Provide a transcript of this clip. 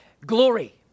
glory